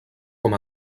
com